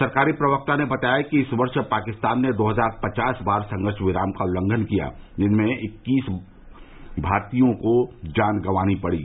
सरकारी प्रवक्ता ने बताया कि इस वर्ष पाकिस्तान ने दो हजार पचास बार संघर्ष विराम का उल्लंघन किया जिसमें इक्कीस भारतीयों को जान गंवानी पड़ी